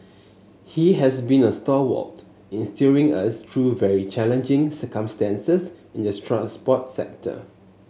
he has been a stalwart in steering us through very challenging circumstances in the transport sector